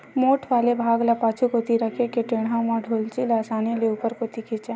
मोठ वाले भाग ल पाछू कोती रखे के टेंड़ा म डोल्ची ल असानी ले ऊपर कोती खिंचय